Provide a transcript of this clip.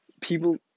people